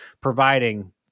providing